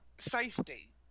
Safety